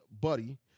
Buddy